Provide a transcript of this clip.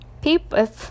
People